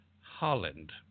Holland